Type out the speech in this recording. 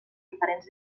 diferents